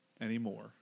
anymore